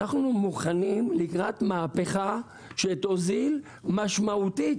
שאנחנו מוכנים לקראת מהפכה שתוזיל משמעותית.